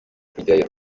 kujyayo